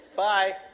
Bye